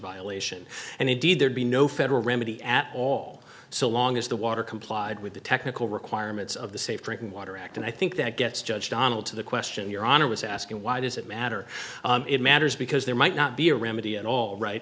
violation and indeed there'd be no federal remedy at all so long as the water complied with the technical requirements of the safe drinking water act and i think that gets judged donnel to the question your honor was asking why does it matter it matters because there might not be a remedy at all right